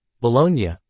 Bologna